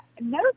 no